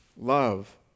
love